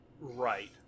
Right